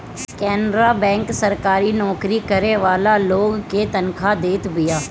Canara bank सरकारी नोकरी करे वाला लोग के तनखा देत बिया